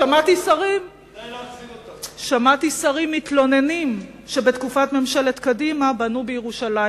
שמעתי שרים מתלוננים שבתקופת ממשלת קדימה בנו בירושלים,